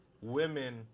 women